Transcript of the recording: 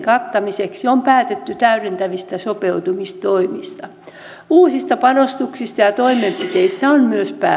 kattamiseksi on päätetty täydentävistä sopeutustoimista myös uusista panostuksista ja ja toimenpiteistä on päätetty